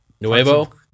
Nuevo